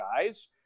guys